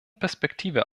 perspektive